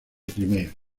crimea